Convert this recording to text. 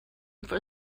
for